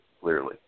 clearly